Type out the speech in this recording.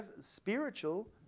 spiritual